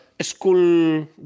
school